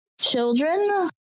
children